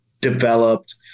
developed